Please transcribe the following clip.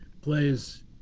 plays